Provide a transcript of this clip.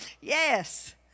Yes